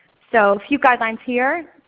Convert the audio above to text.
so a few guidelines here.